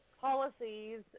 policies